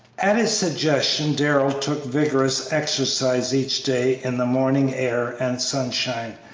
at his suggestion darrell took vigorous exercise each day in the morning air and sunshine,